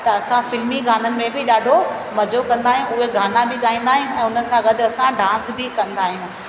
त असां फिल्मी गाननि में बि ॾाढो मज़ो कंदा आहियूं उहे गाना इ ॻाईंदा आहियूं ऐं उन सां गॾु असां डांस बि कंदा आहियूं